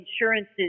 insurances